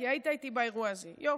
כי היית איתי באירוע הזה, יופי.